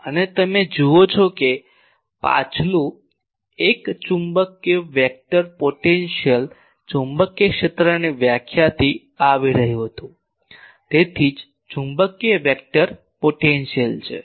અને તમે જુઓ છો કે પાછલું એક ચુંબકીય વેક્ટર પોટેન્શિયલ ચુંબકીય ક્ષેત્રની વ્યાખ્યાથી આવી રહ્યું હતું તેથી જ ચુંબકીય વેક્ટર પોટેન્શિયલ છે